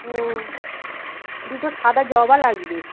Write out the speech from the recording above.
ও দুটো সাদা জবা লাগবে